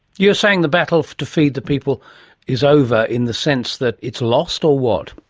you're saying the battle to feed the people is over in the sense that it's lost, or what?